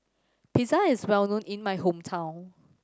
pizza is well known in my hometown